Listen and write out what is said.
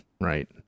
Right